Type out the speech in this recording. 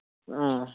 آ